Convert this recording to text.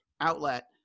outlet